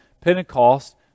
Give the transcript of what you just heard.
Pentecost